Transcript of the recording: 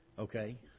Okay